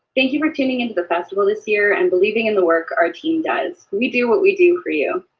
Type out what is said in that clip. thank you for tuning in to the festival this year and believing in the work our team does. we do what we do for you.